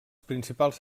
principals